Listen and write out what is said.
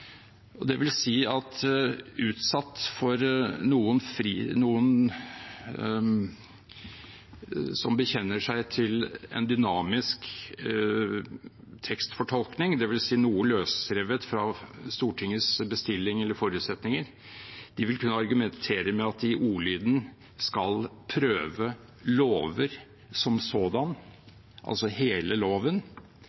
at utsatt for noen som bekjenner seg til en dynamisk tekstfortolkning, dvs. noe løsrevet fra Stortingets bestilling eller forutsetninger, vil de kunne argumentere med at de i ordlyden skal prøve lover som sådan,